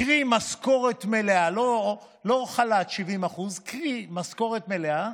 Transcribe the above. קרי משכורת מלאה, לא חל"ת, 70% משכורת מלאה,